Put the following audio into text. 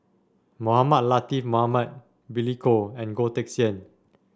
Mohamed Latiff Mohamed Billy Koh and Goh Teck Sian